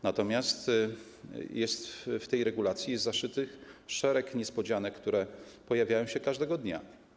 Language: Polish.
Natomiast w tej regulacji jest zaszytych szereg niespodzianek, które pojawiają się każdego dnia.